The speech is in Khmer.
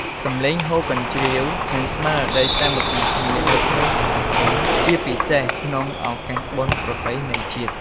សំឡេងហ៊ោកញ្ជ្រៀវ និងស្មារតីសាមគ្គីគ្នានៅក្នុងសហគមន៍ ជាពិសេសក្នុងឱកាសបុណ្យប្រពៃណីជាតិ។